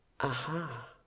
Aha